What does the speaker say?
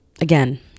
again